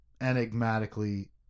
enigmatically